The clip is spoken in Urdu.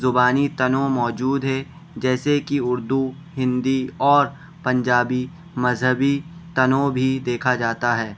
زبانی تنوع موجود ہے جیسے کہ اردو ہندی اور پنجابی مذہبی تنوع بھی دیکھا جاتا ہے